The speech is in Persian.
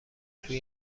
توی